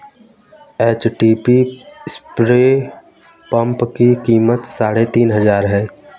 HTP spray pump की कीमत साढ़े तीन हजार है